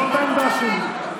זאת העמדה שלי.